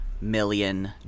million